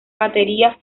batería